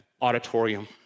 auditorium